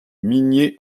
migné